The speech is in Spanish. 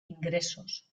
ingresos